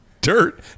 dirt